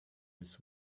this